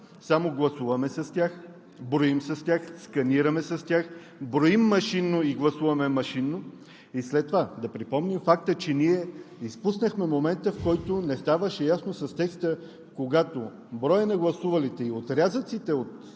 Само гласуваме с тях, броим с тях, сканираме с тях, броим машинно и гласуваме машинно? И след това да припомним факта, че изпуснахме момента, в който не ставаше ясно с текста, когато броят на гласувалите и отрязъците от